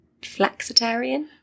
flexitarian